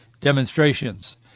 demonstrations